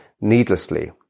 needlessly